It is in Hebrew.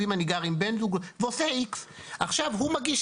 אם הוא גר עם בן זוג וכו'.